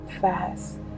fast